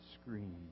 scream